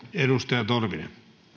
arvoisa puhemies